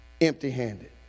empty-handed